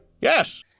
Yes